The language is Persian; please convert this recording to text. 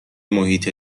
محیط